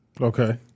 Okay